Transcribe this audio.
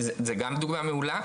זו גם דוגמא מעולה,